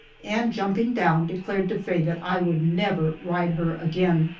and jumping down, declared to faye that i would never ride her again.